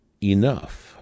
enough